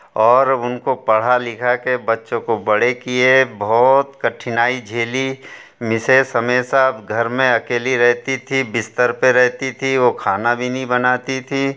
और उनको पढ़ा लिखा कर बच्चों को बड़े किए बहुत कठिनाई झेली मिसेज़ हमेशा घर में अकेली रहती थी बिस्तर पर रहती थी वो खाना भी नहीं बनाती थी